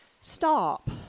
Stop